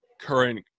current